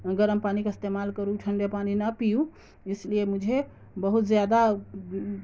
گرم پانی کا استعمال کروں ٹھنڈے پانی نہ پیوں اس لیے مجھے بہت زیادہ